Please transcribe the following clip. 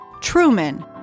Truman